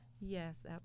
Yes